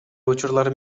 учурлар